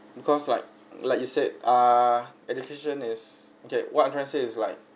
because like like you said ah education is okay what I'm trying to say is like